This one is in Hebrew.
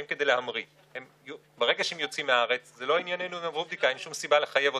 חושב שזה יהיה מבורך ונכון.